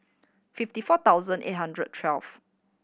fifty four thousand eight hundred twelve